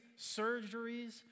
surgeries